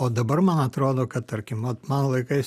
o dabar man atrodo kad tarkim vat mano laikais